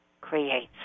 creates